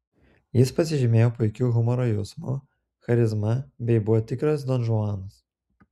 jis pasižymėjo puikiu humoro jausmu charizma bei buvo tikras donžuanas